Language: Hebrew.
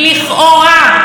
אותו רוב עלום.